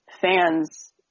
fans